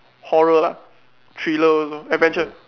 horror ah thriller also adventure